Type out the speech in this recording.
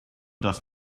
does